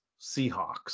Seahawks